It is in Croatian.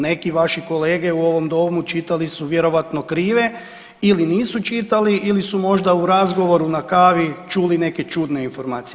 Neki vaši kolege u ovom domu čitali su vjerojatno krive ili nisu čitali ili su možda u razgovoru na kavi čuli neke čudne informacije.